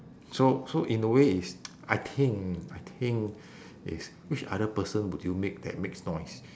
so so in a way is I think I think is which other person would you make that makes noise